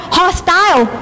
hostile